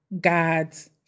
God's